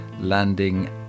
landing